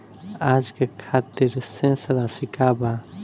आज के खातिर शेष राशि का बा?